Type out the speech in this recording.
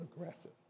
aggressive